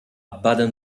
baden